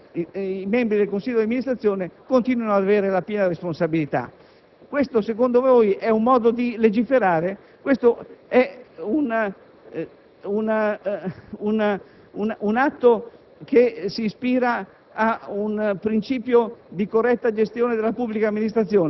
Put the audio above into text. in cui ci si permette di compiere atti abominevoli: certamente questo vuol dire legare le mani ad una gestione che peraltro ha il pieno diritto di essere effettuata a 360 gradi, pretendendo che i gestori